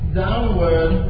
downward